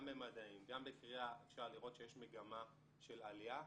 גם במדעים, גם בקריאה, שיש מגמה של עלייה.